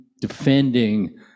defending